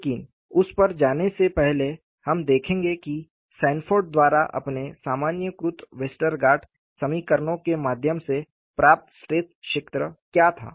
लेकिन उस पर जाने से पहले हम देखेंगे कि सैनफोर्ड द्वारा अपने सामान्यीकृत वेस्टरगार्ड समीकरणों के माध्यम से प्राप्त स्ट्रेस क्षेत्र क्या था